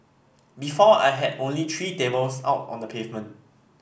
before I had only three tables out on the pavement